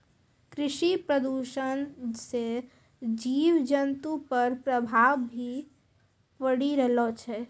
कृषि प्रदूषण से जीव जन्तु पर प्रभाव भी पड़ी रहलो छै